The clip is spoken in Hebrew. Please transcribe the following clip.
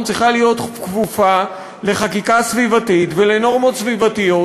צריכה להיות כפופה לחקיקה סביבתית ולנורמות סביבתיות.